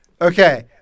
Okay